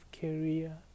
career